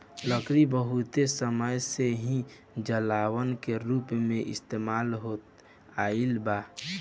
लकड़ी बहुत समय से ही जलावन के रूप में इस्तेमाल होत आईल बा